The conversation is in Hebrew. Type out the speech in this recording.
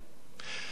הדבר השני,